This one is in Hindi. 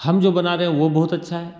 हम जो बना रहे हैं वह बहुत अच्छा है